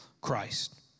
Christ